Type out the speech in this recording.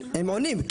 הם עונים,